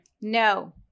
No